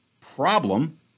problem